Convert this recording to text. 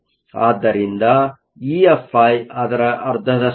ಆದ್ದರಿಂದ EFi ಅದರ ಅರ್ಧದಷ್ಟಾಗಿದೆ